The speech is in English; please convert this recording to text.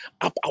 up